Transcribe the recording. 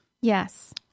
Yes